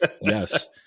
Yes